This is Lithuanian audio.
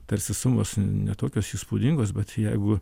tarsi sumos ne tokios įspūdingos bet jeigu